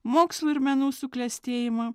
mokslo ir menų suklestėjimą